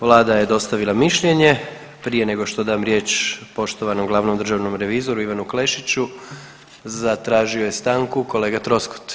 Vlada je dostavila mišljenje, prije nego što dam riječ poštovanom glavnom državnom revizoru Ivanu Klešiću, zatražio je stanku kolega Troskot.